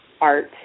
art